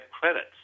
credits